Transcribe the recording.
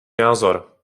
názor